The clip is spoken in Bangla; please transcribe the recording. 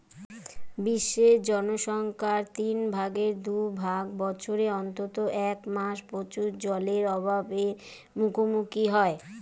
বিশ্বের জনসংখ্যার তিন ভাগের দু ভাগ বছরের অন্তত এক মাস প্রচুর জলের অভাব এর মুখোমুখী হয়